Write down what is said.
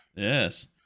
Yes